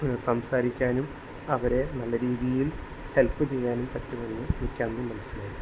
സംസാരിക്കാനും അവരെ നല്ല രീതിയിൽ ഹെൽപ്പ് ചെയ്യാനും പറ്റുമെന്ന് എനിക്ക് അന്ന് മനസിലായി